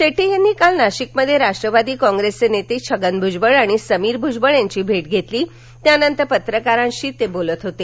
शेट्टी यांनी काल नाशिक मध्ये राष्ट्रवादी कॉप्रेसचे नेते छगन भूजबळ आणि समीर भूजबळ यांची भेट घेतली त्यानंतर ते पत्रकारांशी बोलत होते